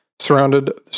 Surrounded